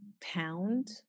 pound